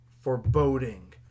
foreboding